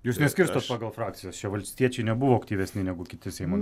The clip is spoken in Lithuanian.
jūs neskirstot pagal frakcijas čia valstiečiai nebuvo aktyvesni negu kiti seimo